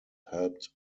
helped